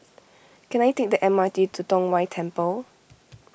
can I take the M R T to Tong Whye Temple